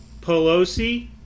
Pelosi